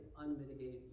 unmitigated